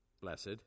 blessed